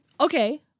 Okay